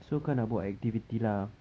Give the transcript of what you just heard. so kau nak buat activity lah